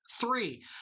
three